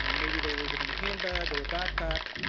and maybe they leave it in a handbag or a backpack,